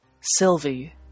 Sylvie